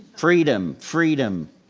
freedom, freedom.